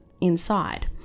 inside